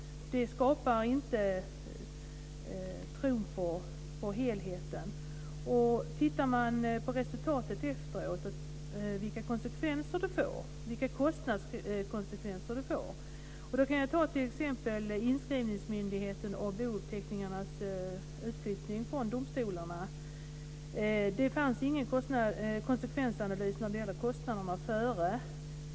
Det skapar inte en tro på helheten. Man kan titta på resultatet efteråt och vilka konsekvenser det får för kostnaderna. Jag kan som exempel ta inskrivningsmyndighetens och bouppteckningarnas utflyttning från domstolarna. Innan det skedde fanns ingen konsekvensanalys för kostnaderna.